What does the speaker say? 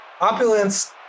Opulence